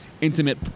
intimate